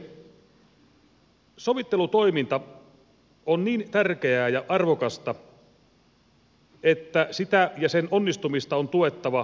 sovittelutoiminta on niin tärkeää ja arvokasta että sitä ja sen onnistumista on tuettava kaikin tavoin